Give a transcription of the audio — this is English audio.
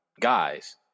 guys